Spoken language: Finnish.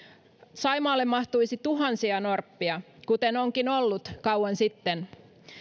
saimaalle mahtuisi tuhansia norppia kuten onkin ollut kauan sitten